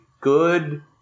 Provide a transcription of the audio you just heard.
good